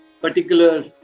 particular